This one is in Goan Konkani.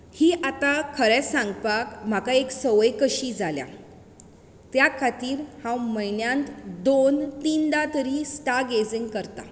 ही आतां खरें सांगपाक म्हाका एक संवय कशी जाल्या त्या खातीर हांव म्हयन्यांत दोन तिनदां तरी स्टार गेजीग करता